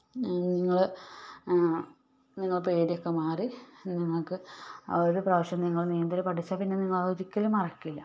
നിങ്ങൾ നിങ്ങളെ പേടിയൊക്കെ മാറി നിങ്ങൾക്ക് ഒരു പ്രാവശ്യം നിങ്ങൾ നീന്തൽ പഠിച്ചാൽ പിന്നെ നിങ്ങളതൊരിക്കലും മറക്കില്ല